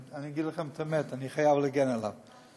אני אגיד לכם את האמת, אני חייב להגן עליו.